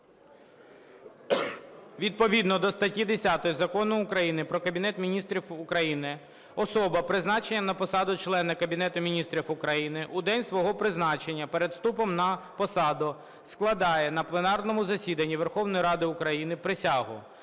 Відповідно до статті 10 Закону України "Про Кабінет Міністрів України" особа, призначена на посаду члена Кабінету Міністрів України, у день свого призначення перед вступом на посаду складає на пленарному засіданні Верховної Ради України присягу.